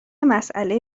مسئله